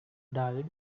died